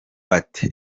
bate